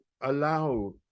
allow